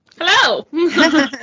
Hello